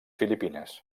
filipines